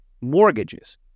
Mortgages